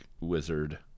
wizard